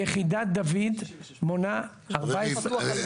יחידת דויד, מונה 14 פקחים